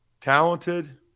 Talented